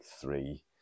three